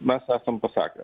mes esam pasakę